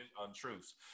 untruths